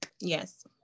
yes